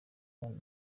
abana